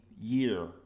year